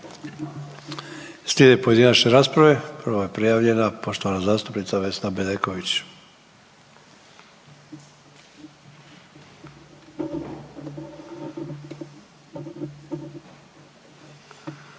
Slijede pojedinačne rasprave, prva je prijavljena poštovana zastupnica Vesna Bedeković.